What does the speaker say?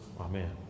amen